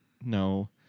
No